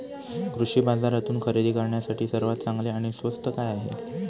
कृषी बाजारातून खरेदी करण्यासाठी सर्वात चांगले आणि स्वस्त काय आहे?